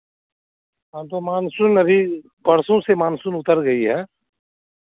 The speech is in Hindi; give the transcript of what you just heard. हाँ तो मानसून अभी परसों से मानसून उतर गई है